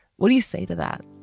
what do you say to that?